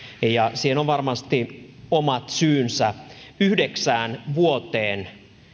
ja siihen on varmasti omat syynsä ensimmäistä kertaa yhdeksään vuoteen